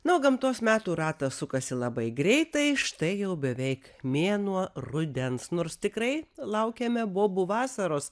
na o gamtos metų ratas sukasi labai greitai štai jau beveik mėnuo rudens nors tikrai laukiame bobų vasaros